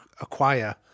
acquire